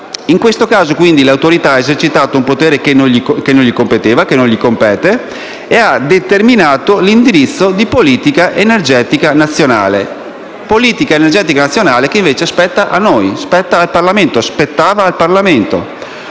In questo caso, quindi, l'Autorità ha esercitato un potere che non gli compete e ha determinato l'indirizzo di politica energetica nazionale, politica energetica nazionale che invece spettava e spetta a noi, al Parlamento.